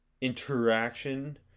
interaction